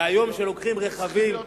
אבל צריך להיות מורשעים.